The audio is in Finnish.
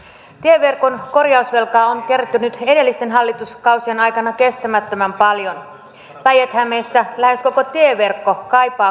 tieverkon korjausvelkaa on kertynyt edellisten hallituskausien aikana kestämättömän paljon päijät hämeessä lähes koko tieverkko kaipaa korjausta